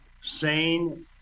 sane